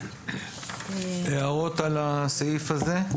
הערות על הסעיף הזה?